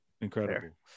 Incredible